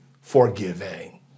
forgiving